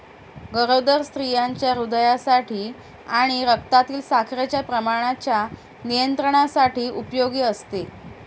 गरोदर स्त्रियांच्या हृदयासाठी आणि रक्तातील साखरेच्या प्रमाणाच्या नियंत्रणासाठी उपयोगी असते